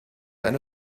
eine